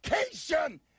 education